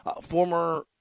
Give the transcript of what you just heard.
former